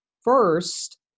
First